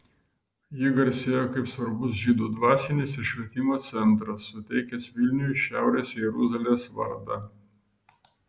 ji garsėjo kaip svarbus žydų dvasinis ir švietimo centras suteikęs vilniui šiaurės jeruzalės vardą